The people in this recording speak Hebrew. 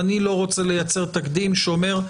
אני לא רוצה לייצר תקדים שאומר,